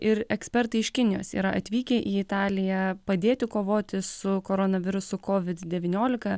ir ekspertai iš kinijos yra atvykę į italiją padėti kovoti su koronavirusu covid devyniolika